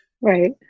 Right